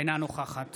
אינה נוכחת